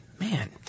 Man